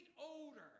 odor